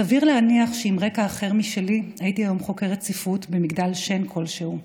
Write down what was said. סביר להניח שעם רקע אחר משלי הייתי היום חוקרת ספרות במגדל שן כלשהו.